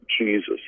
Jesus